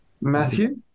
Matthew